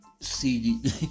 CD